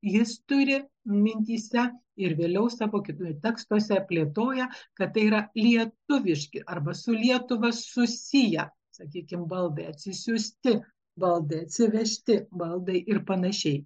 jis turi mintyse ir vėliau savo tekstuose plėtoja kad tai yra lietuviški arba su lietuva susiję sakykim baldai atsisiųsti baldai atsivežti baldai ir panašiai